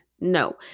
No